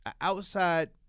outside